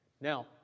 Now